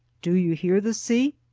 do you hear the sea?